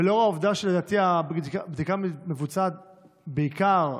ולאור העובדה שלדעתי הבדיקה מבוצעת בעיקר,